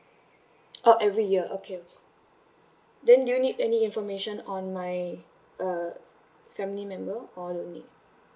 oh every year okay okay then do you need any information on my uh family member or no need